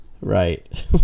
Right